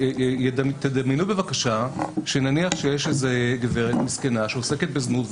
תדמיינו שנניח שיש גברת זקנה שעוסקת בזנות.